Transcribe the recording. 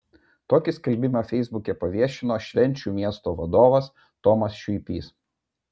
tokį skelbimą feisbuke paviešino švenčių miesto vadovas tomas šiuipys